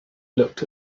looked